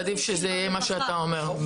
עדיף שזה יהיה מה שאתה אומר,